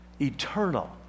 eternal